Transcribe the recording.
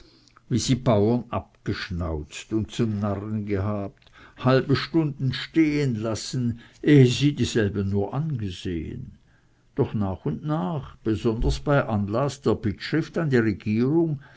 wie sie bauern abgeschnauzt und zum narren gehabt halbe stunden stehen lassen ehe sie dieselben nur angesehen doch nach und nach besonders bei anlaß der bittschrift an die regierung